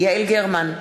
יעל גרמן,